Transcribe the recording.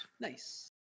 nice